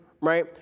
right